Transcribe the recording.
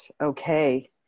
okay